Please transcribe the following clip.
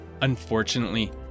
Unfortunately